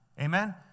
amen